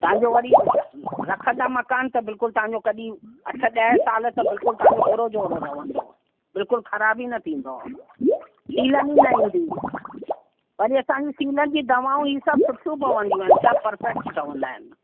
तव्हांजो वरी रखंदा मकान त बिल्कुलु तव्हांजो कॾहिं अठ ॾह साल त बिल्कुलु तव्हांजो ओहिड़ो जो ओहिड़ो रहंदो बिल्कुलु ख़राब ई न थींदो सीलन ई न ईंदी वरी असांजी सीलन जा दवाऊं ई सभु सुठियूं पवंदियूं सभु परफैक्ट ठहंदा आहिनि